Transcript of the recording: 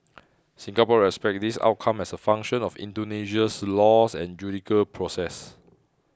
Singapore respects this outcome as a function of Indonesia's laws and judicial process